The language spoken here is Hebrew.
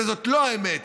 וזו לא האמת,